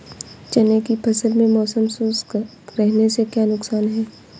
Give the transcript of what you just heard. चने की फसल में मौसम शुष्क रहने से क्या नुकसान है?